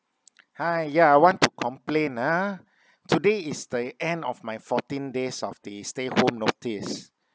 hi ya I want to complain ah today is the end of my fourteen days of the stay home notice